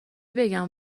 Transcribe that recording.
بگم